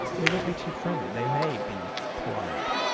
they won't be too friendly they may be polite